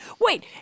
Wait